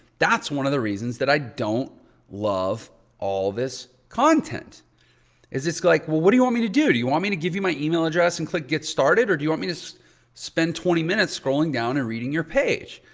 that's one of the reasons that i don't love all this content is it's like well, what do you want me to do? do you want me to give you my email address and click get started? or do you want me to spend twenty minutes scrolling down and reading your page?